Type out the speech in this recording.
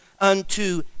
unto